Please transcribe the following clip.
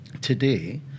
today